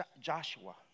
Joshua